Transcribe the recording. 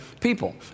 people